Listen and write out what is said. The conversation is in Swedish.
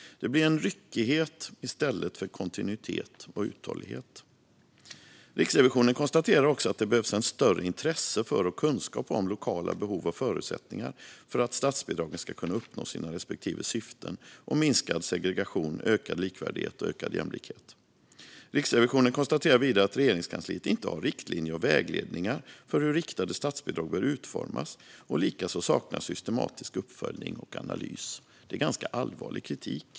Det blir ryckighet i stället för kontinuitet och uthållighet. Riksrevisionen konstaterar också att det behövs större intresse för och kunskap om lokala behov och förutsättningar för att statsbidragen ska kunna uppnå sina respektive syften om minskad segregation, ökad likvärdighet och ökad jämlikhet. Riksrevisionen konstaterar vidare att Regeringskansliet inte har riktlinjer eller vägledningar för hur riktade statsbidrag bör utformas. Likaså saknas systematisk uppföljning och analys. Det är ganska allvarlig kritik.